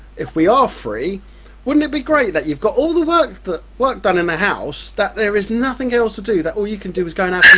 if we are free wouldn't it be great that you've got all the work the work done in the house that there is nothing else to do, that all you can do is going